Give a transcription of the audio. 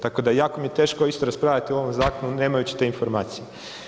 Tako da jako mi je teško isto raspravljat o ovom zakonu nemajući te informacije.